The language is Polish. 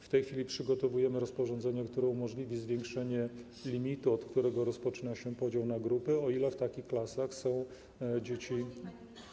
W tej chwili przygotowujemy rozporządzenie, które umożliwi zwiększenie limitu, od którego rozpoczyna się podział na grupy, o ile w takich klasach są dzieci.